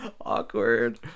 Awkward